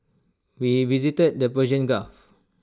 we visited the Persian gulf